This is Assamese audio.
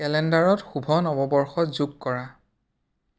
কেলেণ্ডাৰত শুভ নৱবৰ্ষ যোগ কৰা